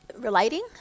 relating